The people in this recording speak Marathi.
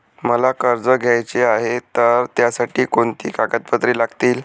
मला कर्ज घ्यायचे आहे तर त्यासाठी कोणती कागदपत्रे लागतील?